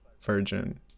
virgin